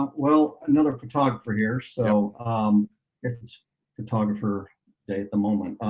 well, another photographer here. so this is photographer day at the moment.